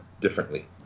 differently